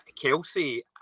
Kelsey